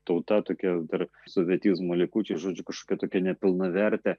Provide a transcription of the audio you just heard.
tauta tokia dar sovietizmo likučiai žodžiu kažkokia tokia nepilnavertė